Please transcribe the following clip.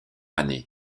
année